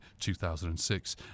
2006